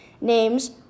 Names